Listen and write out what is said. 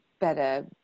better